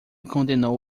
condenou